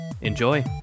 Enjoy